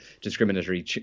discriminatory